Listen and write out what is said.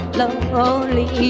lonely